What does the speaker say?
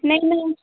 नहीं मैम